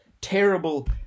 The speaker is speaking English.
terrible